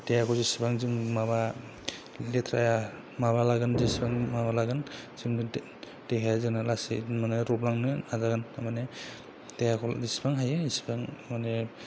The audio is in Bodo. देहाखौ जेसेबां जों माबा लेथ्रा माबा लागोन जेसेबां माबा लागोन देहाया जोंना लासै रबलांनो नाजागोन थारमाने देहाखौ जेसेबां हायो एसेबां माने